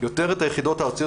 יותר את היחידות הארציות,